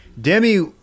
Demi